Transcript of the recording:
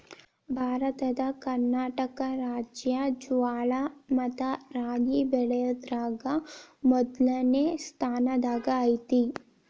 ಭಾರತದ ಕರ್ನಾಟಕ ರಾಜ್ಯ ಜ್ವಾಳ ಮತ್ತ ರಾಗಿ ಬೆಳಿಯೋದ್ರಾಗ ಮೊದ್ಲನೇ ಸ್ಥಾನದಾಗ ಐತಿ